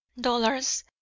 dollars